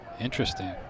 Interesting